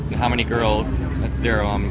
how many girls? that's zero, um